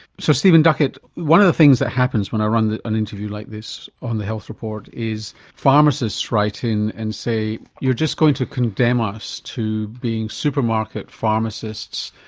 so, stephen duckett, one of the things that happens when i run an interview like this on the health report is pharmacists write in and say you're just going to condemn us to being supermarket pharmacists,